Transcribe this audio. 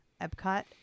Epcot